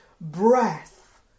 breath